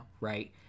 Right